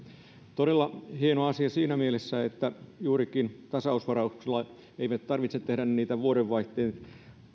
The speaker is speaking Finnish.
todella hieno asia siinä mielessä että juurikin tasausvarauksella ei tarvitse tehdä niitä vuodenvaihteen